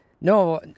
No